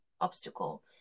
obstacle